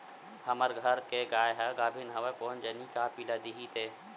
हमर घर के गाय ह गाभिन हवय कोन जनी का पिला दिही ते